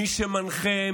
מי שמנחה,